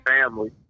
family